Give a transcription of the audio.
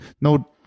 no